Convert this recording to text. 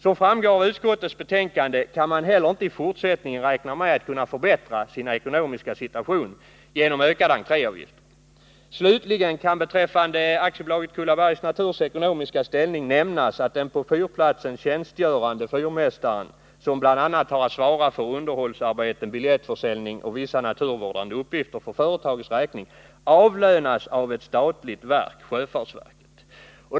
Som framgår av utskottets betänkande kan man inte heller i fortsättningen räkna med att kunna förbättra sin ekonomiska situation genom ökade entréavgifter. Slutligen kan beträffande AB Kullabergs Naturs ekonomiska ställning nämnas att den på fyrplatsen tjänstgörande fyrmästaren, som bl.a. har att svara för underhållsarbeten, biljettförsäljning och vissa naturvårdande uppgifter för företagets räkning, avlönas av ett statligt verk, sjöfartsverket.